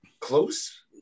close